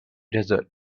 desert